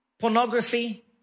Pornography